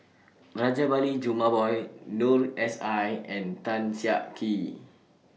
Rajabali Jumabhoy Noor S I and Tan Siak Kew